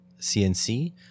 CNC